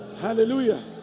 Hallelujah